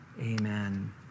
Amen